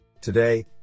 Today